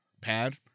pad